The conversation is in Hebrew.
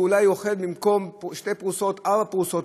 אולי הוא אוכל במקום שתי פרוסות ארבע פרוסות,